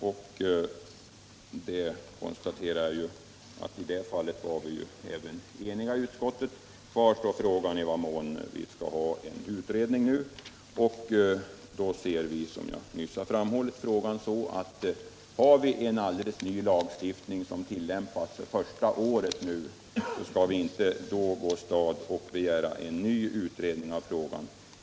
I det fallet var vi eniga även i utskottet. Kvar står frågan om man skall tillsätta en utredning nu. Utskottsmajoriteten anser, som jag nyss framhållit, att när vi har en alldeles ny lagstiftning som nu tillämpas första året skall vi inte gå åstad och begära en ny utredning av frågan.